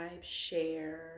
share